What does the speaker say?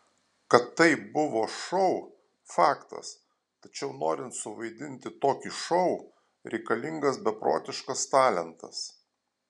kad tai buvo šou faktas tačiau norint suvaidinti tokį šou reikalingas beprotiškas talentas